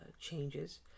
changes